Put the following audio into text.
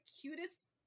cutest